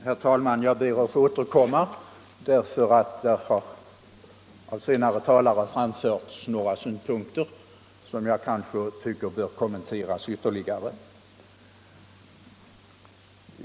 Herr talman! Jag ber att få återkomma därför att det av senare talare framförts några synpunkter som jag tycker bör kommenteras.